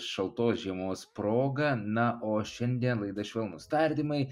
šaltos žiemos proga na o šiandien laida švelnūs tardymai